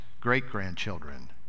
great-grandchildren